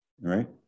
right